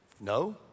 No